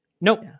nope